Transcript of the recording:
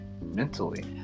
mentally